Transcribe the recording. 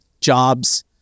jobs